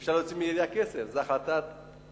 אי-אפשר להוציא מהעירייה כסף, זאת החלטת מועצה,